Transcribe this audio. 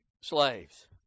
slaves